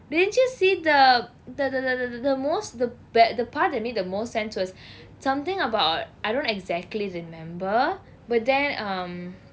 didn't you see the the the the the most the the bad the part that mean the most sense was something about I don't exactly remember but then um